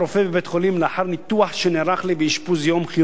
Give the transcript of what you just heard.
בבית-חולים לאחר ניתוח שנערך לי באשפוז יום כירורגי.